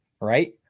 right